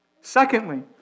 Secondly